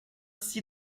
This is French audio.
six